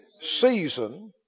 season